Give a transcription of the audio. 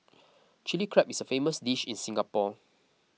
Chilli Crab is a famous dish in Singapore